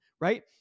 Right